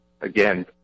again